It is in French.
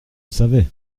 savait